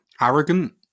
Arrogant